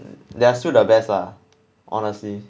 mm they are still the best lah honestly